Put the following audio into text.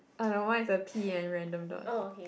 oh no mine is a P and random dots